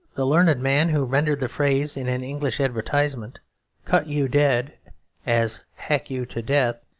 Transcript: the learned man who rendered the phrase in an english advertisement cut you dead as hack you to death,